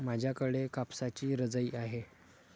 माझ्याकडे कापसाची रजाई आहे